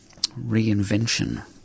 Reinvention